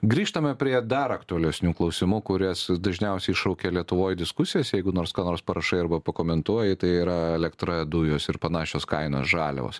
grįžtame prie dar aktualesnių klausimų kurie dažniausiai iššaukia lietuvoj diskusijas jeigu nors ką nors parašai arba pakomentuoji tai yra elektra dujos ir panašios kainos žaliavos